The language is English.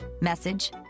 message